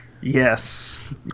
yes